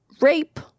rape